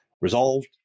resolved